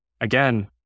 again